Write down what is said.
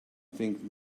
think